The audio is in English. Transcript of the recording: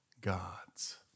gods